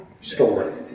story